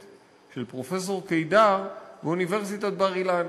של פרופ' קידר ואוניברסיטת בר-אילן,